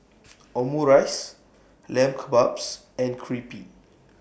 Omurice Lamb Kebabs and Crepe